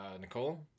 Nicole